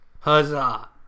Huzzah